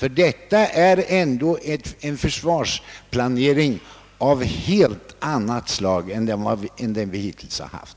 Detta är en försvarsplanering av helt annat slag än den vi hittills haft.